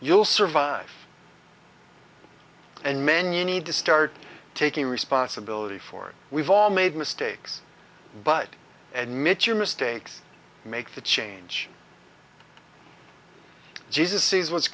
you'll survive and man you need to start taking responsibility for we've all made mistakes but and michu mistakes make the change jesus sees what's